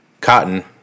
Cotton